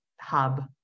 hub